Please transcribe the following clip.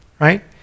right